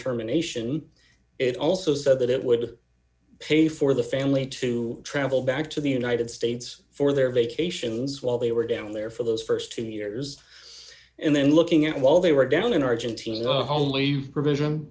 terminations it also said that it would pay for the family to travel back to the united states for their vacations while they were down there for those st two years and then looking at while they were down in argentina a homely provision